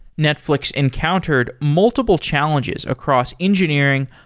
netflix encountered multiple challenges across engineering,